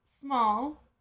small